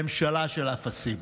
ממשלה של אפסים.